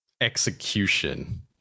execution